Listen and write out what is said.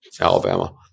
Alabama